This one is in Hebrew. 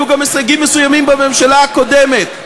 והיו גם הישגים מסוימים בממשלה הקודמת.